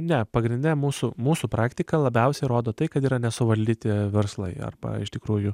ne pagrinde mūsų mūsų praktika labiausiai rodo tai kad yra nesuvaldyti verslai arba iš tikrųjų